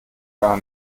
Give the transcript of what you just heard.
gar